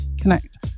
connect